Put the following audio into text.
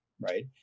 right